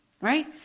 Right